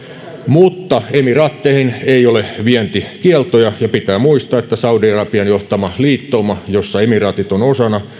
mutta emiraatteihin ei ole vientikieltoja ja pitää muistaa että saudi arabian johtama liittouma jossa emiraatit on osana